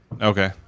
Okay